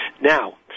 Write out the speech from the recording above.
Now